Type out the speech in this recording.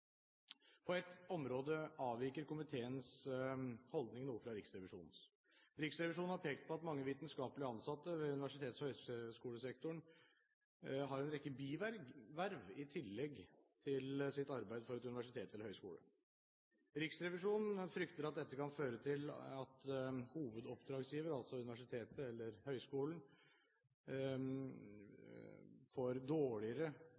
På ett område avviker komiteens holdning noe fra Riksrevisjonens. Riksrevisjonen har pekt på at mange vitenskapelig ansatte i universitets- og høyskolesektoren har en rekke biverv i tillegg til sitt arbeid for et universitet eller en høyskole. Riksrevisjonen frykter at det kan føre til at hovedoppdragsgiver, altså universitetet eller høyskolen, får dårligere